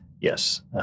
Yes